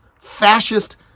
fascist